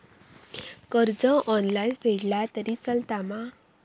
कर्ज ऑनलाइन फेडला तरी चलता मा?